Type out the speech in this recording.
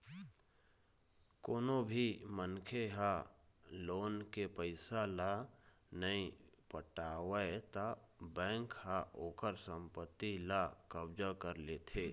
कोनो भी मनखे ह लोन के पइसा ल नइ पटावय त बेंक ह ओखर संपत्ति ल कब्जा कर लेथे